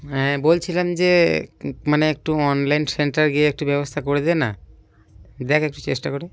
হ্যাঁ বলছিলাম যে মানে একটু অনলাইন সেন্টার গিয়ে একটু ব্যবস্থা করে দে না দেখ একটু চেষ্টা করে